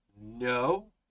No